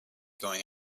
going